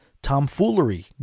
tomfoolery